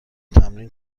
تمرین